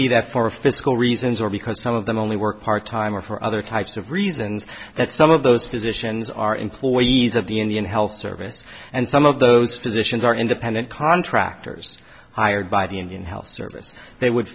be that for fiscal reasons or because some of them only work part time or for other types of reasons that some of those physicians are employees of the indian health service and some of those positions are independent contractors hired by the indian health service they would